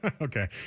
Okay